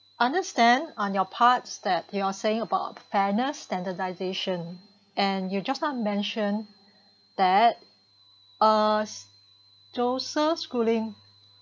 understand on your parts that you are saying about fairness standardisation and you just now mention that uh joseph schooling